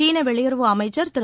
சீன வெளியுறவு அமைச்சர் திரு